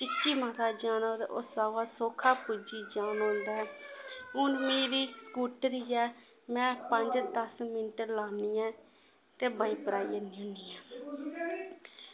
चीची माता जाना ते ओह् सवां सौखा पुज्जी जाना होंदा ऐ हून मिं बी स्कूटरी ऐ में पंज दस्स मिंट लानी ऐं ते बजीपुर आई जन्नी हुन्नी ऐं